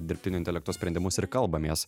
dirbtinio intelekto sprendimus ir kalbamės